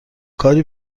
کاری